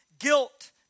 Guilt